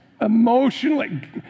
emotionally